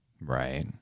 Right